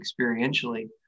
experientially